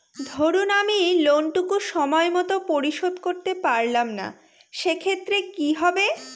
ধরুন আমি লোন টুকু সময় মত পরিশোধ করতে পারলাম না সেক্ষেত্রে কি হবে?